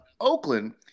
Oakland